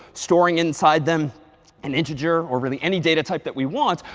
storing inside them an integer or really any data type that we want,